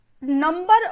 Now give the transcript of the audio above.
number